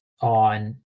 on